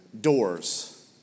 doors